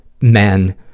men